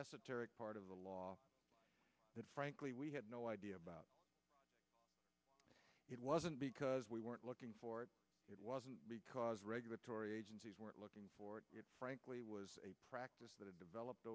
esoteric part of the law that frankly we had no idea about it wasn't because we weren't looking for it it wasn't because regulatory agencies weren't looking for it frankly was a practice that had developed